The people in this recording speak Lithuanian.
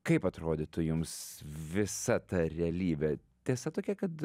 kaip atrodytų jums visa ta realybė tiesa tokia kad